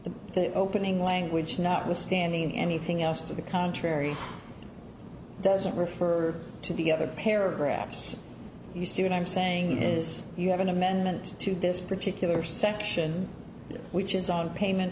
that the opening language notwithstanding anything else to the contrary doesn't refer to the other paragraphs used to it i'm saying is you have an amendment to this particular section which is on payment